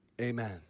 Amen